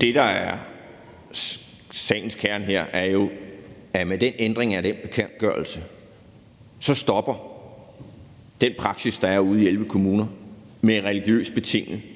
det, der er sagens kerne her, er jo, at med den ændring af den bekendtgørelse stopper den praksis, der er ude i de 11 kommuner, med religiøst betinget kønsopdelt